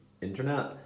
internet